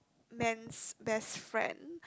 man's best friend